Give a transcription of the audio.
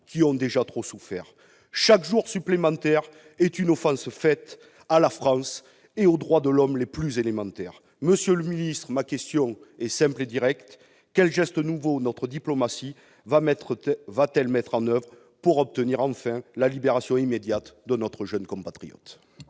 qui ont déjà trop souffert. Chaque jour supplémentaire est une offense faite à la France et aux droits de l'homme les plus élémentaires. Monsieur le secrétaire d'État, ma question est simple et directe : quels gestes nouveaux notre diplomatie va-t-elle accomplir pour obtenir enfin la libération immédiate de notre jeune compatriote ?